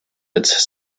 its